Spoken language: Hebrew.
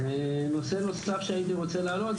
נושא נוסף שאני רוצה להעלות,